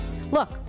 Look